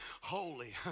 holy